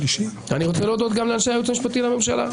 אני רוצה גם להודות גם לאנשי הייעוץ המשפטי לממשלה.